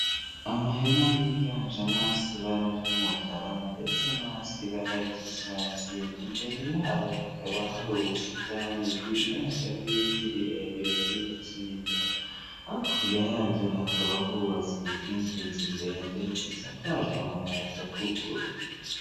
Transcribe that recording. Amahema yiganjemo asa ibara ry'umukara ndetse nasa ibara ry'icyatsi, imbere yaho akaba hari ubusitani bwinganjemo ibiti birebire by'imikindo, hakurya yaho hakaba hubatse izindi nzu ndetse zisakajwe amabati atukura